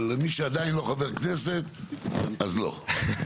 אבל מי שעדיין לא חבר כנסת, אז לא.